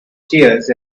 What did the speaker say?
tears